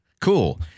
cool